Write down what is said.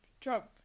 Trump